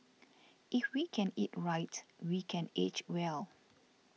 if we can eat right we can age well